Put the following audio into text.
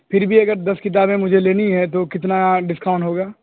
پھر بھی اگر دس کتابیں مجھے لینی ہیں تو کتنا ڈسکاؤنٹ ہوگا